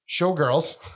Showgirls